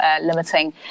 limiting